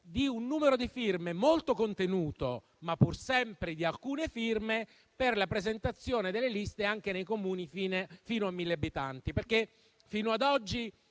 di un numero di firme molto contenuto, ma pur sempre di alcune firme, per la presentazione delle liste anche nei Comuni fino a 1.000 abitanti. Sino a oggi,